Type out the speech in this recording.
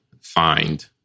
find